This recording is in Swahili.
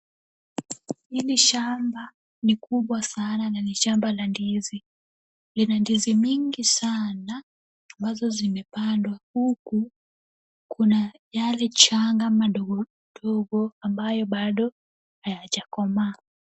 Hili shamba ni kubwa sana na ni shamba la ndizi. Lina ndizi mingi sana ambalo limepandwa, huku kuna yale changa madogo madogo ambayo bado hayaja komaa.